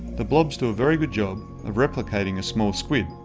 the blobs do a very good job of replicating small squid,